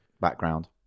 Background